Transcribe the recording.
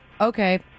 Okay